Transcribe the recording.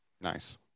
Nice